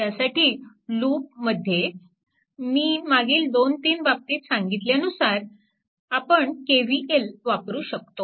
त्यासाठी ह्या लूप मध्ये मी मागील 2 3 बाबतीत सांगितल्यानुसार आपण KVL वापरू शकतो